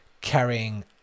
carrying